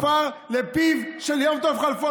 עפר לפיו של יום טוב כלפון.